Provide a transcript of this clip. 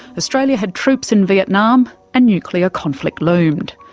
australia had troops in vietnam and nuclear conflict loomed.